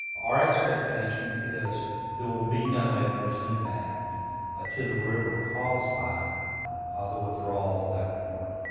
our expectation is there will be no adverse impact ah to the river caused by ah the withdrawal of that water.